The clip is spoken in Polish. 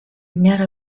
miarę